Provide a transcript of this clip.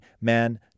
man